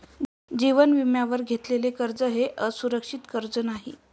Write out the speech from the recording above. जीवन विम्यावर घेतलेले कर्ज हे असुरक्षित कर्ज नाही